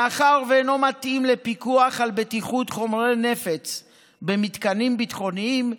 מאחר שאינו מתאים לפיקוח על בטיחות חומרי נפץ במתקנים ביטחוניים,